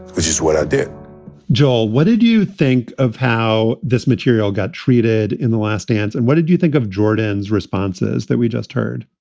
which is what i did joel, what did you think of how this material got treated in the last dance? and what did you think of jordan's responses that we just heard?